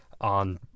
on